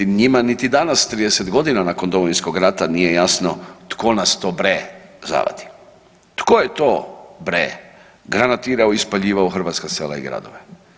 Njima niti danas 30 godina nakon Domovinskog rata nije jasno „tko nas to bre zavadi?“ Tko je to bre granatirao i spaljivao hrvatska sela i gradove?